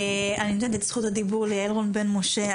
אני נותנת את זכות הדיבור ליעל רון בן משה,